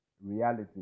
reality